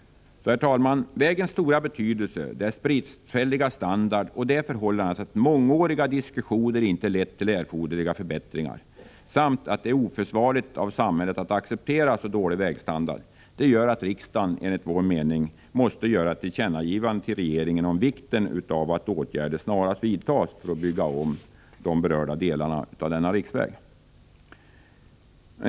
Herr talman! Vägens stora betydelse, dess bristfälliga standard och det förhållandet att mångåriga diskussioner inte lett till erforderliga förbättringar samt att det är oförsvarligt av samhället att acceptera så dålig vägstandard gör att riksdagen enligt vår mening måste göra ett tillkännagivande till regeringen om vikten av att åtgärder snarast vidtas för att bygga om de berörda delarna av denna riksväg.